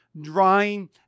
drawing